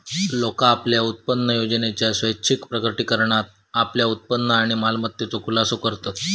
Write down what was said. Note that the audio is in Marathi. लोका आपल्या उत्पन्नयोजनेच्या स्वैच्छिक प्रकटीकरणात आपल्या उत्पन्न आणि मालमत्तेचो खुलासो करतत